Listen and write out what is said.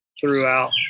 throughout